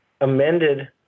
amended